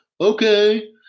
okay